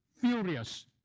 furious